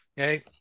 okay